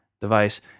device